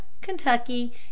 Kentucky